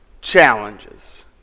challenges